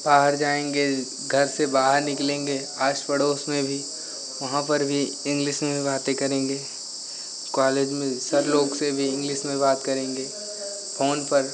बाहर जाएँगे घर से बाहर निकलेंगे आस पड़ोस में भी वहाँ पर भी इंग्लिश में बातें करेंगे कॉलेज में सब लोग से भी इंग्लिश में बातें करेंगे फोन पर